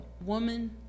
woman